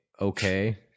okay